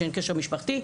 שאין קשר משפחתי,